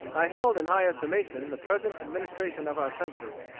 i held in high estimation the present administration of our country.